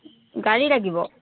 গাড়ী লাগিব